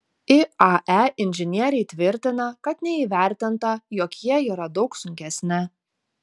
iae inžinieriai tvirtina kad neįvertinta jog jie yra daug sunkesni